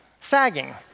sagging